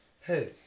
hey